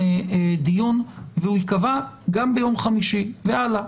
דיון והוא ייקבע גם ביום חמישי והלאה.